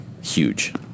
Huge